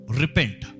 repent